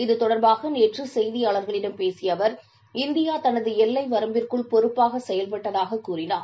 இது தொடர்பாக நேற்று செய்தியாளர்களிடம் பேசிய அவர் இந்தியா தனது எல்லை வரம்பிற்குள் தான் பொறுப்பாக செயல்பட்டதாக கூறினார்